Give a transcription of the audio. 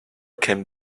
came